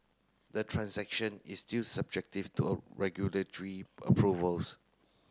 the transaction is still subjective to regulatory approvals